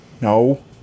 no